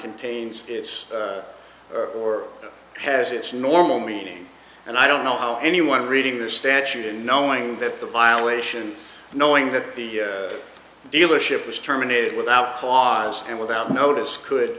contains its or has its normal meaning and i don't know how anyone reading the statute and knowing that the violation knowing that the dealership was terminated without cause and without notice could